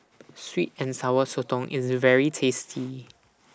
Sweet and Sour Sotong IS very tasty